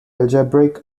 algebraic